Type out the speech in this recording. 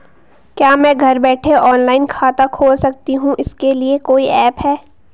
क्या मैं घर बैठे ऑनलाइन खाता खोल सकती हूँ इसके लिए कोई ऐप है?